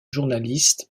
journalistes